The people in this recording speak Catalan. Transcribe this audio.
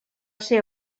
ser